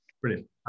Brilliant